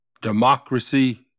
Democracy